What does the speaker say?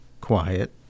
quiet